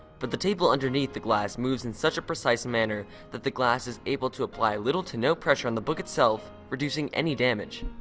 but the table underneath the glass moves in such a precise manner that the glass is able to apply little to no pressure on the book itself, reducing any damage.